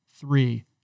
three